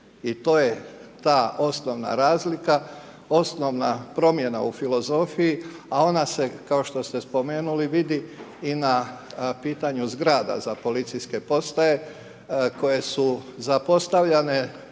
I to je ta osnovna razlika, osnovna promjena u filozofiji, a ona se, kao što ste spomenuli, vidi i na pitanju zgrada za policijske postaje koje su zapostavljane